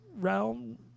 realm